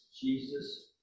Jesus